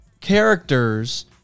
characters